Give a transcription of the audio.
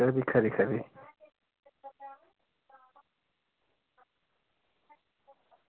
sir दिक्खा दिक्खा दे